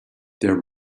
there